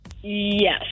Yes